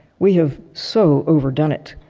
we have so overdone it.